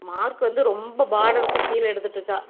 mark வந்து ரொம்ப பார்டர்க்கும் கீழே எடுத்துட்டுருக்கா